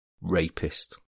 rapist